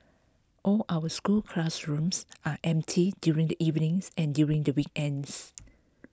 all our school classrooms are empty during the evenings and during the weekends